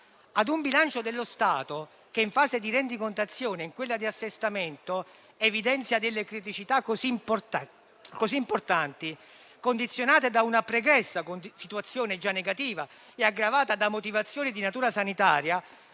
A un bilancio dello Stato che in fase di rendicontazione e di assestamento evidenzia delle criticità così importanti, condizionate da una pregressa situazione già negativa e aggravate da motivazioni di natura sanitaria,